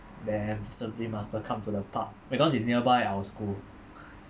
they have discipline master come to the park because it's nearby our school